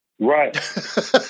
right